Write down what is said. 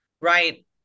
Right